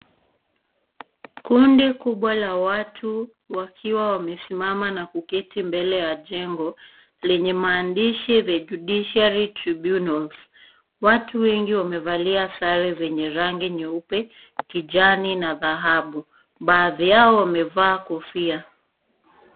Kundi kubwa la watu wakiwa wamesimama na kuketi mbele ya jengo lenye maandishi The Judiciary Tribunals . Watu wengi wamevalia sare zenye rangi nyeupe, kijani na dhahabu. Baadhi yao wamevaa kofia.